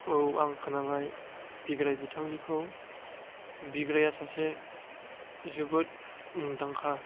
औ आं खोनाबाय बिग्राइ बिथांनिखौ बिग्राइआ सासे जोबोद मुंदांखा